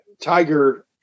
Tiger